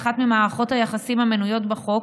לאחת ממערכות היחסים המנויות בחוק,